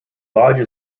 lodge